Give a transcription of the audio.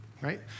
right